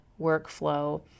workflow